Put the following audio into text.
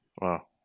Wow